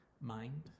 mind